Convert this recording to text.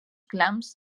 clans